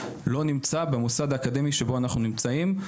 לא נמצא במוסד האקדמי שבו אנחנו נמצאים.